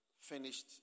finished